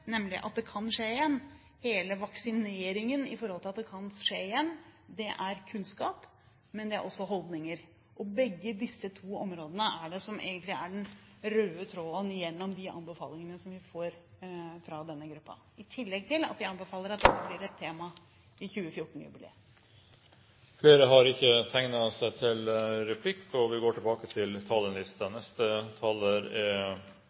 nemlig at det kan skje igjen. Hele vaksineringen mot at det kan skje igjen, er kunnskap, men det er også holdninger. Begge disse to områdene er den røde tråden gjennom de anbefalingene vi får fra denne gruppen, i tillegg til at den anbefaler at dette blir et tema i 2014-jubileet. Replikkordskiftet er omme. De talere som heretter får ordet, har en taletid på inntil 3 minutter. Feiringen av holocaustdagen 27. januar er viktig. Derfor kommer vi subsidiært til